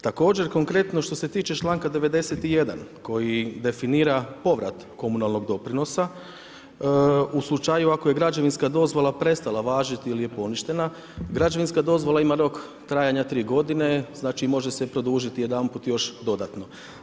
Također konkretno što se tiče članka 91. koji definira povrat komunalnog doprinosa u slučaju ako je građevinska dozvola prestala važiti ili je poništena, građevinska dozvola ima rok trajanja tri godine znači može se produžiti jedanput još dodatno.